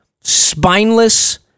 spineless